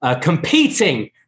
competing